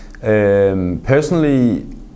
Personally